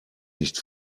nicht